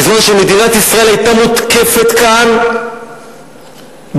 בזמן שמדינת ישראל היתה מותקפת כאן בטילים,